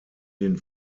den